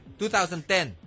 2010